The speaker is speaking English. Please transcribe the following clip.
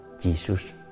Jesus